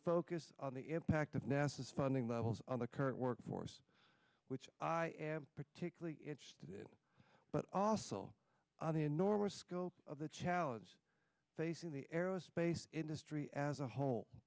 focused on the impact of nessus funding levels on the current workforce which i am particularly interested in but also the enormous scope of the challenges facing the aerospace industry as a whole